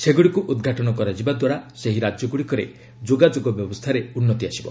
ସେଗୁଡ଼ିକୁ ଉଦ୍ଘାଟନ କରାଯିବା ଦ୍ୱାରା ସେହି ରାଜ୍ୟଗୁଡ଼ିକରେ ଯୋଗାଯୋଗ ବ୍ୟବସ୍ଥାରେ ଉନ୍ନତି ଆସିବ